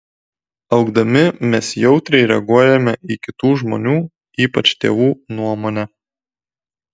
augdami mes jautriai reaguojame į kitų žmonių ypač tėvų nuomonę